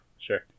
sure